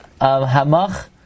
Hamach